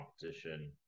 competition